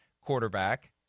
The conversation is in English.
quarterback